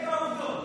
תדייק בעובדות.